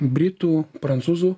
britų prancūzų